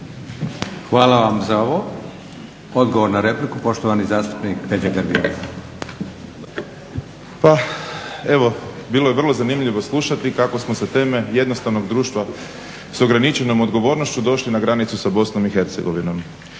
Hvala za vam za ovo. Odgovor na repliku poštovani zastupnik Peđa Grbih. **Grbin, Peđa (SDP)** Pa evo bilo je vrlo zanimljivo slušati kako smo sa teme jednostavnog društva s ograničenom odgovornošću došli na granicu sa BiH.